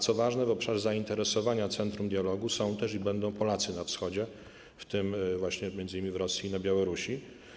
Co ważne, w obszarze zainteresowania Centrum Dialogu są i będą też Polacy na Wschodzie, w tym właśnie m.in. w Rosji i na Białorusi.